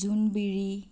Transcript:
জোনবিৰি